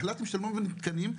החלטתם שאתם לא נותנים תקנים,